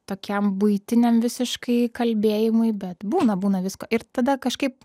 tokiam buitiniam visiškai kalbėjimui bet būna būna visko ir tada kažkaip